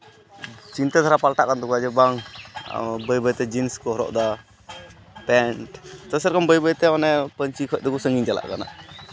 ᱪᱤᱱᱛᱟᱹ ᱫᱷᱟᱨᱟ ᱯᱟᱞᱴᱟᱜ ᱠᱟᱱ ᱛᱟᱠᱚᱣᱟ ᱡᱮ ᱵᱟᱝ ᱵᱟᱹᱭ ᱵᱟᱹᱭᱛᱮ ᱡᱤᱱᱥ ᱠᱚ ᱦᱚᱨᱚᱜᱫᱟ ᱯᱮᱱᱴ ᱡᱮ ᱥᱮᱭᱨᱚᱠᱚᱢ ᱵᱟᱹᱭ ᱵᱟᱹᱭᱛᱮ ᱚᱱᱮ ᱯᱟᱹᱧᱪᱤ ᱠᱷᱚᱡ ᱫᱚᱵᱚᱱ ᱥᱟᱺᱜᱤᱧ ᱪᱟᱞᱟᱜ ᱠᱟᱱᱟ